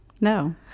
No